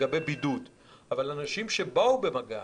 אבל אנשים שבאו במגע,